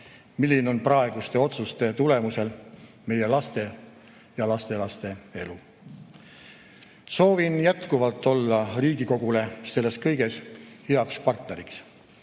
milline on praeguste otsuste tulemusel meie laste ja lastelaste elu? Soovin jätkuvalt olla Riigikogule selles kõiges heaks partneriks